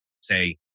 say